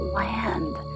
land